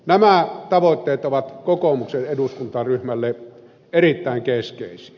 nämä tavoitteet ovat kokoomuksen eduskuntaryhmälle erittäin keskeisiä